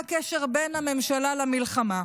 מה הקשר בין הממשלה למלחמה?